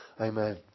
Amen